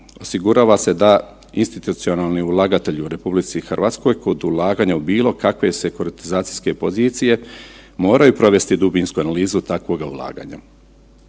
Osigurava se da institucionalni ulagatelj u RH kod ulaganja u bilo kakve sekuratizacijske pozicije moraju provesti dubinsku analizu takvog ulaganja.